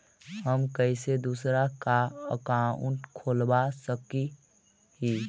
हम कैसे दूसरा का अकाउंट खोलबा सकी ही?